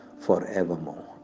forevermore